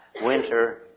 winter